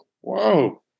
whoa